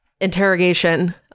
interrogation